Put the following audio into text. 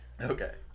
Okay